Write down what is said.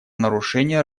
нарушения